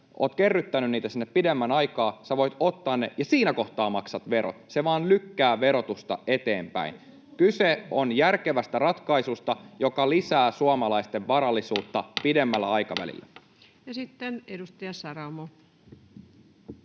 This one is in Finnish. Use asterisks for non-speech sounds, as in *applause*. olet kerryttänyt niitä sinne pidemmän aikaa, voit ottaa ne ja siinä kohtaa maksat verot. Se vain lykkää verotusta eteenpäin. [Jussi Saramo: Paitsi jos muutat pois!] Kyse on järkevästä ratkaisusta, joka lisää suomalaisten varallisuutta *noise* pidemmällä aikavälillä. Ja sitten edustaja Saramo.